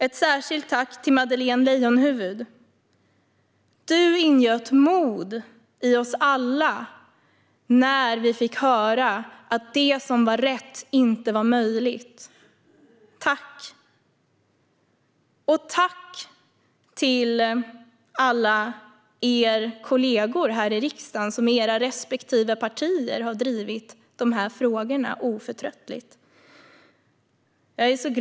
Ett särskilt tack vill jag rikta till Madeleine Leijonhufvud: Du ingöt mod i oss alla när vi fick höra att det som var rätt inte var möjligt. Tack! Tack också till alla kollegor här i riksdagen som i era respektive partier har drivit de här frågorna oförtröttligt.